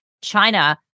china